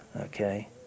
okay